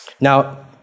Now